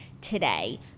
today